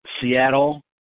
Seattle